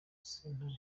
sentare